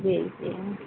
जी जी